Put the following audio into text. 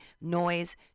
noise